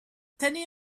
turning